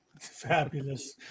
Fabulous